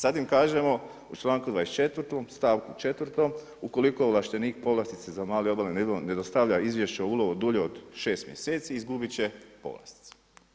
Sada im kažemo u članku 24. stavku 4. „ukoliko ovlaštenik povlastice za mali obalni izlov ne dostavlja izvješće o ulovu dulje od šest mjeseci izgubit će povlastice“